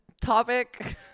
Topic